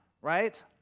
right